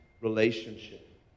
relationship